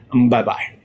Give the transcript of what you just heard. Bye-bye